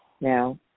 Now